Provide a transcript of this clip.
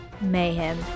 mayhem